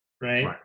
right